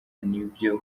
nibyo